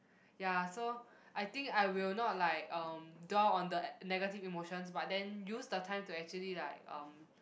ya so I think I will not like um dwell on the negative emotions but then use the time to actually like um